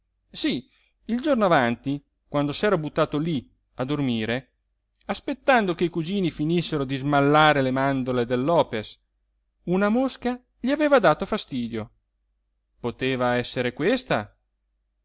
sí il giorno avanti quando s'era buttato lí a dormire aspettando che i cugini finissero di smallare le mandorle del lopes una mosca gli aveva dato fastidio poteva esser questa